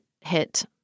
hit